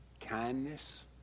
kindness